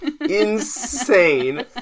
insane